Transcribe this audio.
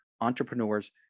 entrepreneurs